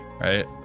Right